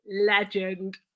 legend